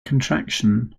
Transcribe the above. contraction